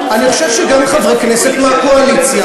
אני חושב שגם לחברי כנסת מהקואליציה,